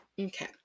Okay